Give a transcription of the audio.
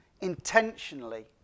intentionally